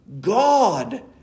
God